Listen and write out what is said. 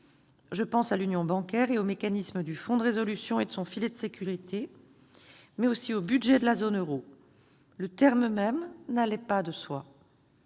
Je pense à l'union bancaire et aux mécanismes du Fonds de résolution et de son filet de sécurité, mais aussi au budget de la zone euro. Le terme même n'allait pas de soi